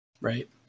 Right